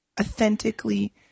authentically